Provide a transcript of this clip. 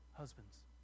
husbands